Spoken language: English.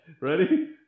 Ready